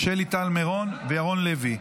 שלי טל מירון וירון לוי.